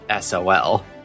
sol